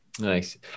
Nice